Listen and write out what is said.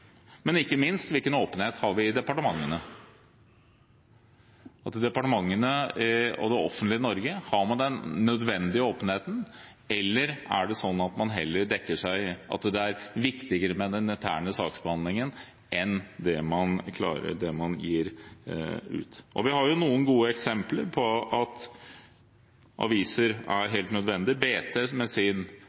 Men ikke minst: Hvilken åpenhet har vi i departementene? Har man den nødvendige åpenheten i departementene og det offentlige Norge? Eller er det sånn at man heller dekker seg bak at det er viktigere med den interne saksbehandlingen enn det man gir ut? Vi har jo noen gode eksempler på at aviser er helt nødvendig: BT med sin